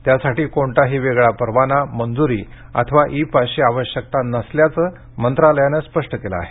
त्यासाठी कोणताही वेगळा परवाना मंजूरी अथवा इ पासची आवश्यकता नसल्याचं मंत्रालयानं स्पष्ट केलं आहे